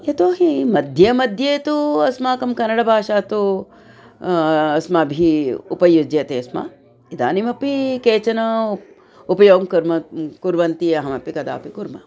यतो हि मध्ये मध्ये तु अस्माकं कनडभाषा तु अस्माभिः उपयुज्यते स्म इदानीमपी केचन उपयोगं कुर्मः कुर्वन्ति अहमपि कदापि कुर्मः